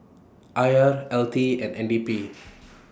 I R L T and N B P